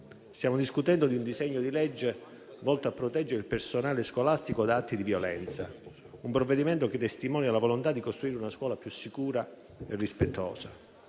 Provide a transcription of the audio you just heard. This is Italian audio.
Stiamo discutendo di un disegno di legge volto a proteggere il personale scolastico da atti di violenza, che testimonia la volontà di costruire una scuola più sicura e rispettosa.